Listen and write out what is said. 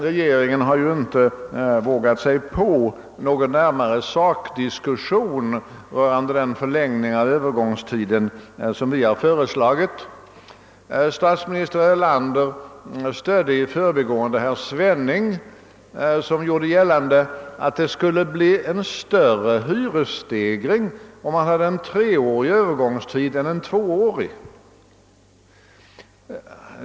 Regeringen har vidare inte vågat sig på någon närmare sakdiskussion rörande den förlängning av Öövergångstiden som vi föreslagit. Statsminister Erlander stödde i förbigående herr Svenning, som gjorde gällande att hyresstegringen skulle bli större om man hade en treårig övergångstid än en tvåårig.